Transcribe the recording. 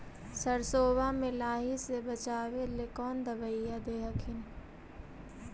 सरसोबा मे लाहि से बाचबे ले कौन दबइया दे हखिन?